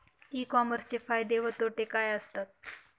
E कॉमर्सचे फायदे व तोटे काय असतात?